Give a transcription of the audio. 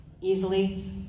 easily